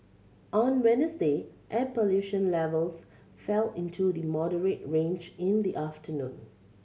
on Wednesday air pollution levels fell into the moderate range in the afternoon